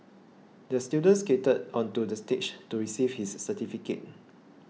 the student skated onto the stage to receive his certificate